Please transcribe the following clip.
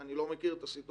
אני לא מכיר את הסיטואציה.